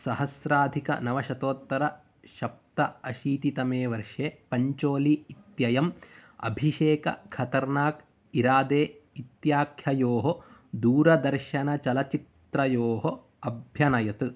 सहस्राधिकनवशतोत्तरसप्त अशीतितमे वर्षे पञ्चोलि इत्ययम् अभिषेक खतर्नाक् इरादे इत्याख्ययोः दूरदर्शनचलच्चित्रयोः अभ्यनयत्